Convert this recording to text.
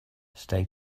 stay